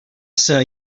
ser